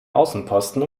außenposten